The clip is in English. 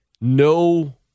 no